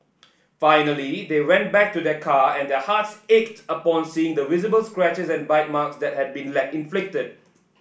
finally they went back to their car and their hearts ached upon seeing the visible scratches and bite marks that had been left inflicted